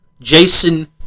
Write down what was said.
Jason